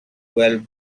twelve